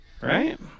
right